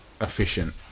efficient